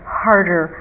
harder